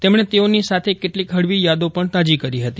તેમણે તેઓની સાથે કેટલીક હળવી યાદો પણ તાજી કરી હતી